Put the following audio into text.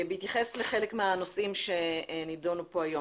בהתייחס לחלק מהנושאים שנדונו כאן היום.